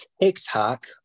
TikTok